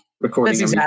recording